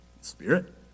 Spirit